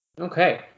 Okay